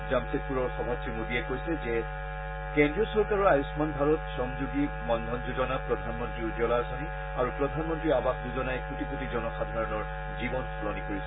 জামছেদপুৰৰ সভাত শ্ৰী মোডীয়ে কৈছে কেন্দ্ৰীয় চৰকাৰৰ আয়ন্মান ভাৰত শ্ৰমযোগী মনধন যোজনা প্ৰধানমন্ত্ৰী উজলা আঁচনি আৰু প্ৰধানমন্ত্ৰী আৱাস যোজনাই কোটি কোটি জনসাধাৰণৰ জীৱন সলনি কৰিছে